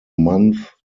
month